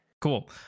Cool